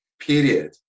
period